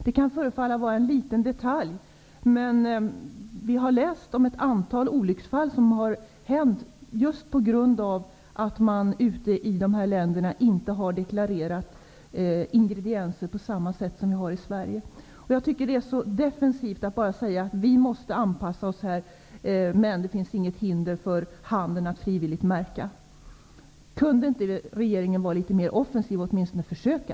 Det kan förefalla vara en liten detalj. Men vi har läst om ett antal olycksfall som har inträffat, just på grund av att man i dessa länder inte har deklarerat ingredienser på samma sätt som i Sverige. Jag tycker att det är så defensivt att bara säga att vi måste anpassa oss men att det inte finns något hinder för handeln att frivilligt märka. Kunde regeringen inte vara litet mer offensiv och åtminstone försöka?